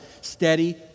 Steady